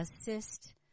assist